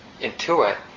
intuit